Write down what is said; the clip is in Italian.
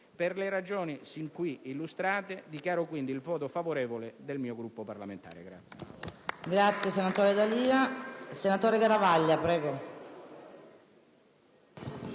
Per le ragioni sin qui illustrate, dichiaro quindi il voto favorevole del mio Gruppo parlamentare.